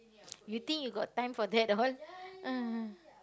you think you got time for that all